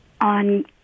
on